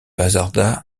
hasarda